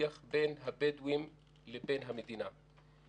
הדו-שיח בין הבדואים לבין המדינה.